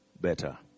better